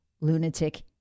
lunatic